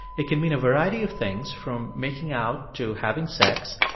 it can mean a variety of things, from making out to having sex.